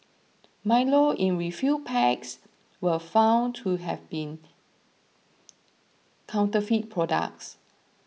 Milo in refill packs were found to have been counterfeit products